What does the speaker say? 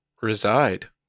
reside